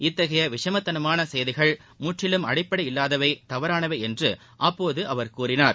இத்தகைய விஷமத்தனமான செய்திகள் முற்றிலும் அடிப்படை இல்லாதவை தவறானவை என்று அப்போது அவர் கூறினார்